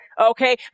Okay